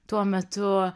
tuo metu